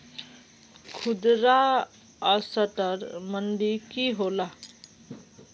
खुदरा असटर मंडी की होला?